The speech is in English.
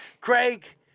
Craig